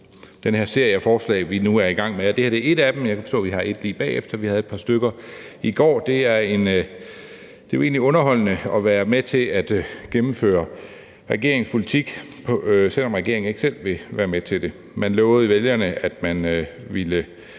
den her serie af forslag, vi nu er i gang med. Det her er et af dem. Jeg kan forstå, at vi har et lige bagefter, og vi havde et par stykker i går. Det er jo egentlig underholdende at være med til at gennemføre regeringens politik, selv om regeringen ikke selv vil være med til det. Man lovede vælgerne, at kravene